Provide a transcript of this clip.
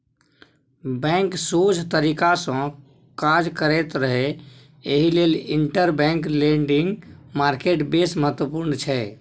bank सोझ तरीकासँ काज करैत रहय एहि लेल इंटरबैंक लेंडिंग मार्केट बेस महत्वपूर्ण छै